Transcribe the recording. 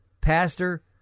pastor